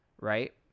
right